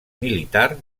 militar